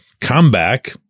comeback